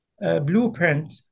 Blueprint